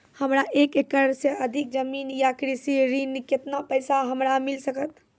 हमरा एक एकरऽ सऽ अधिक जमीन या कृषि ऋण केतना पैसा हमरा मिल सकत?